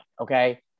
Okay